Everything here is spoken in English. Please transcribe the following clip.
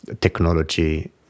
technology